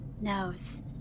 knows